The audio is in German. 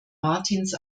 martins